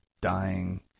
dying